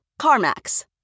CarMax